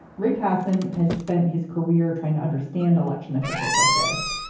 rickerson has spent his career trying to understand election officials like this.